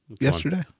yesterday